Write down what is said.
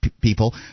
People